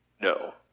No